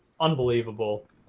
Unbelievable